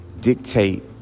dictate